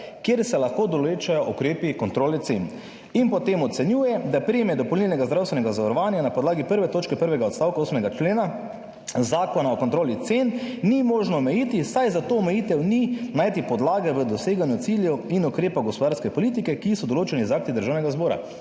kjer se lahko določajo ukrepi kontrole cen. In potem ocenjuje, da premije dopolnilnega zdravstvenega zavarovanja na podlagi 1. točke prvega odstavka 8. člena Zakona o kontroli cen ni možno omejiti, saj za to omejitev ni najti podlage v doseganju ciljev in ukrepov gospodarske politike, ki so določeni z akti Državnega zbora.